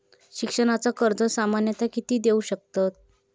शिक्षणाचा कर्ज सामन्यता किती देऊ शकतत?